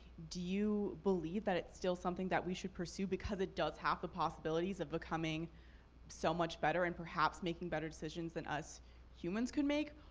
do you believe that it's still something that we should pursue because it does have the possibilities of becoming so much better and perhaps making better decisions than us humans could make?